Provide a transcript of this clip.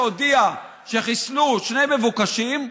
שהודיע שחיסלו שני מבוקשים,